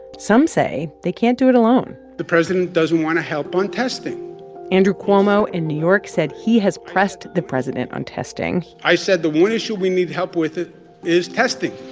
some say they can't do it alone the president doesn't want to help on testing andrew cuomo in new york said he has pressed the president on testing i said, the one issue we need help with is testing.